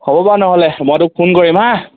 হ'ব বাৰু নহ'লে মই তোক ফোন কৰিম হা